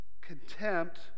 Contempt